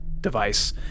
device